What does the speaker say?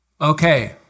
Okay